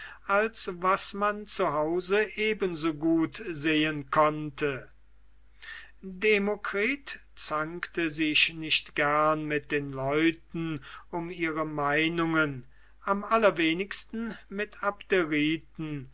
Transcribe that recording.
als was man zu hause eben so gut sehen konnte demokritus zankte sich nicht gerne mit den leuten um ihre meinungen am allerwenigsten mit